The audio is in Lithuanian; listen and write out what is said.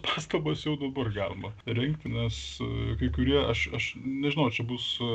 pastabas jau dabar galima rengti nes kai kurie aš aš nežinau čia bus